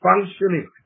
functioning